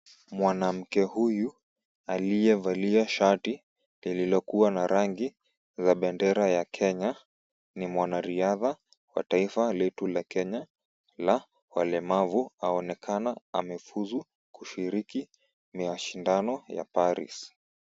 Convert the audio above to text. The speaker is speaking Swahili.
Mwanamke huyu aliyevalia shati lililo na rangi ya bendera ya Kenya ni mwanariadha wa taifa letu la Kenya la walemavu aonekana amefuzu kushiriki mashindano ya Paris.